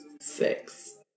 six